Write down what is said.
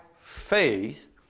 faith